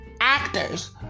actors